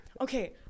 Okay